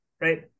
right